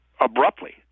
abruptly